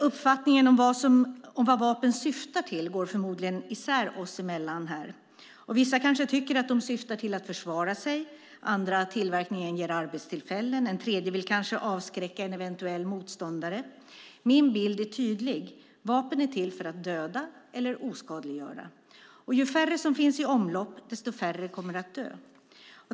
Uppfattningen om vad vapen syftar till går förmodligen isär oss emellan. Vissa kanske tycker att de syftar till att försvara sig, andra att tillverkningen ger arbetstillfällen och en tredje vill kanske skrämma en eventuell motståndare. Min bild är tydlig. Vapen är till för att döda eller oskadliggöra. Ju färre vapen som finns i omlopp desto färre människor kommer att dö.